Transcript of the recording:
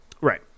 Right